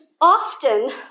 often